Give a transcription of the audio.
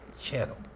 channel